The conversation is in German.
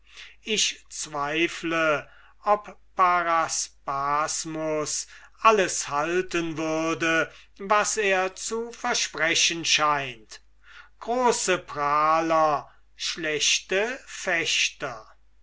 ich zweifle ob paraspasmus alles halten würde was er zu versprechen scheint große prahler schlechte fechter